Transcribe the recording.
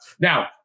now